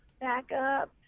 backup